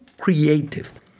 creative